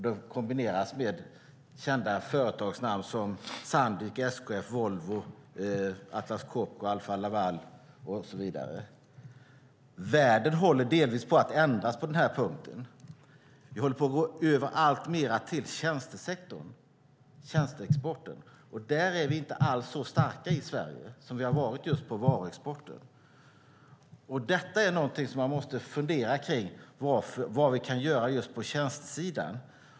De kombineras med kända företagsnamn som Sandvik, SKF, Volvo, Atlas Copco, Alfa Laval och så vidare. Världen håller delvis på att ändras på den här punkten. Vi håller på att gå över alltmer till tjänstesektorn och tjänsteexporten. Där är vi i Sverige inte alls så starka som vi har varit i fråga om varuexporten. Därför måste vi fundera på vad vi kan göra på tjänstesidan.